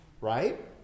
right